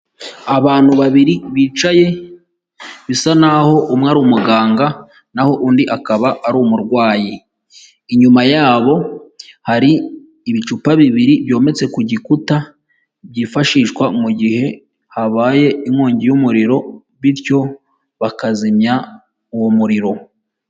Abantu babiri bicaye, bisa naho umwe ari umuganga naho undi akaba ari umurwayi, inyuma yabo hari ibicupa bibiri byometse ku gikuta, byifashishwa mu gihe habaye inkongi y'umuriro bityo bakazimya uwo muriro.